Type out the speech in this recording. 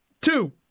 two